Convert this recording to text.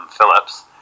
Phillips